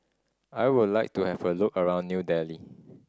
I would like to have a look around New Delhi